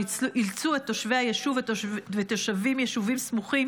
שאילצו את תושבי היישוב ותושבי יישובים סמוכים